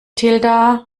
tilda